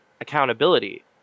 accountability